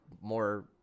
more